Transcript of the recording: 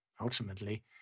Ultimately